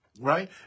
right